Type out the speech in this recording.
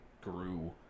grew